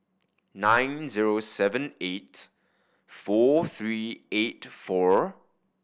nine zero seven eight four three eight four